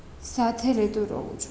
સાથે રહેતો રહું